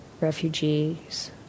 refugees